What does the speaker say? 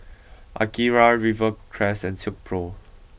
Akira Rivercrest and Silkpro